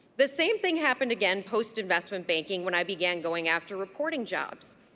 the same thing happened again post-investment banking when i began going after reporting jobs.